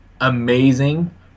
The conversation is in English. amazing